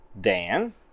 Dan